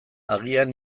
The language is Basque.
agian